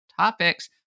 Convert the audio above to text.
topics